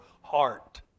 heart